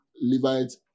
Levites